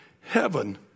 heaven